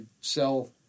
sell